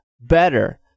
better